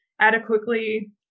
adequately